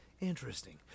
Interesting